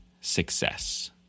success